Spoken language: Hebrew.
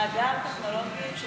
מאגר טכנולוגי של